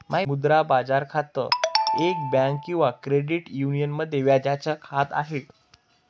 मुद्रा बाजार खातं, एक बँक किंवा क्रेडिट युनियन मध्ये व्याजाच खात आहे